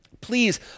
please